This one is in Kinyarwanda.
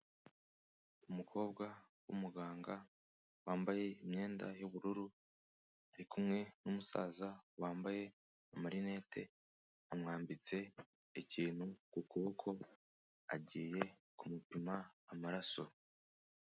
Umukobwa w'umuganga wambaye imyenda y'ubururu, ari kumwe n'umusaza wambaye amarinete, amwambitse ikintu ku kuboko, agiye kumupima amaraso.